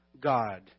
God